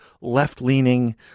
left-leaning